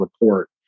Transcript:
report